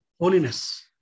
Holiness